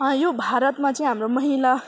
यो भारतमा चाहिँ हाम्रो महिला